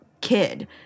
kid